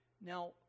Now